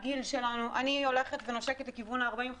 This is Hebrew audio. הגיל שלנו אני נושקת לכיוון ה-40.